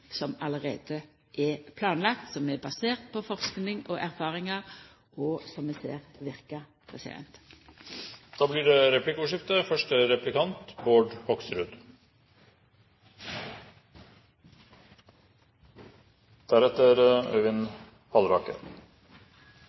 som allereie er planlagd, som er basert på forsking og erfaringar, og som vi ser verkar. Det blir replikkordskifte. Jeg har lyst til å fortsette med det